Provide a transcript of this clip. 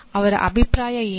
ಅವರ ಅಭಿಪ್ರಾಯ ಏನು